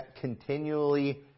continually